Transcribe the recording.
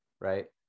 right